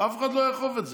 אף אחד לא יאכוף את זה.